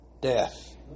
death